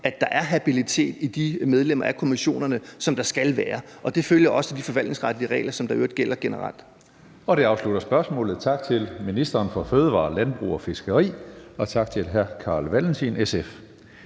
at der er den habilitet hos medlemmerne af kommissionerne, som der skal være. Det følger også af de forvaltningsretlige regler, der i øvrigt generelt